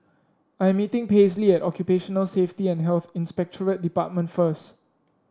I am meeting Paisley at Occupational Safety and Health Inspectorate Department first